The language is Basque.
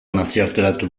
nazioarteratu